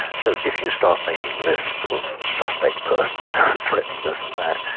so if you start making lists of suspect persons threatening this and that,